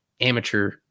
amateur